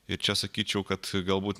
ir čia sakyčiau kad galbūt